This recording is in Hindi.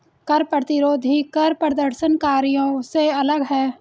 कर प्रतिरोधी कर प्रदर्शनकारियों से अलग हैं